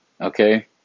Okay